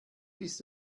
ist